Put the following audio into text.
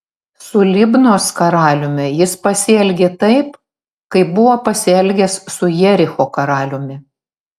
su libnos karaliumi jis pasielgė taip kaip buvo pasielgęs su jericho karaliumi